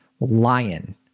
lion